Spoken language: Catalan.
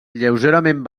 lleugerament